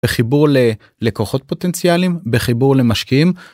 בחיבור לקוחות פוטנציאלים בחיבור למשקיעים.